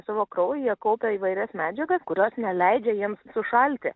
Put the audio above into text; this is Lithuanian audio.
savo kraują kaupia įvairias medžiagas kurios neleidžia jiems sušalti